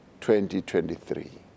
2023